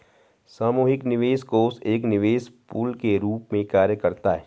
सामूहिक निवेश कोष एक निवेश पूल के रूप में कार्य करता है